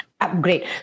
Great